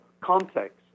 context